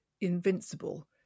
invincible